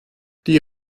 die